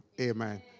Amen